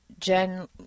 Jen